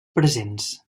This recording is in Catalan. presents